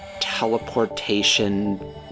teleportation